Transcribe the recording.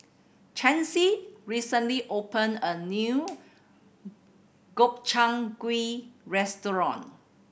Chancey recently opened a new Gobchang Gui Restaurant